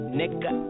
nigga